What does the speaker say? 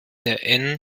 der